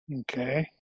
Okay